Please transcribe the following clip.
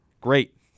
Great